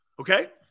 Okay